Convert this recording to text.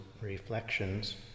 reflections